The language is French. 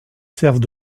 servent